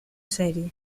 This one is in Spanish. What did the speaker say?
serie